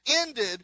ended